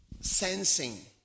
sensing